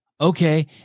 Okay